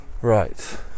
Right